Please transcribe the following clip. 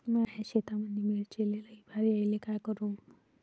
माया शेतामंदी मिर्चीले लई बार यायले का करू?